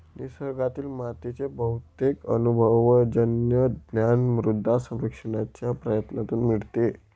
निसर्गातील मातीचे बहुतेक अनुभवजन्य ज्ञान मृदा सर्वेक्षणाच्या प्रयत्नांतून मिळते